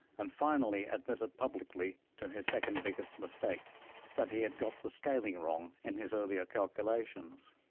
and finally admitted publicly to his second-biggest mistake that he had got the scaling wrong in his earlier calculations.